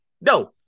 No